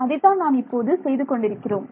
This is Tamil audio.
அதைத்தான் நாம் இப்போது செய்து கொண்டிருக்கிறோம்